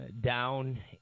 Down